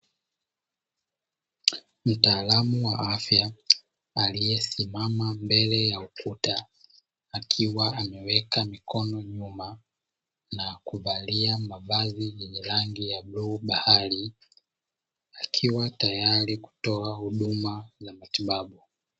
Mtaalamu wa afya aliyesimama mbele ya ukuta, akiwa ameweka mikono nyuma na kuvalia mavazi yenye rangi ya bluu bahari, akiwa tayari kutoa huduma za matibabu.